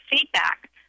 feedback